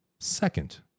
Second